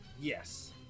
Yes